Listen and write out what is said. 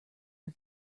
are